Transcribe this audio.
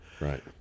Right